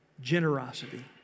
Generosity